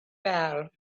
fell